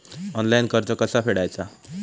Online कर्ज कसा फेडायचा?